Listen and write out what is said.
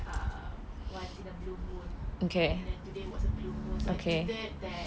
uh once in a blue moon can and then today was a blue moon so I tweeted that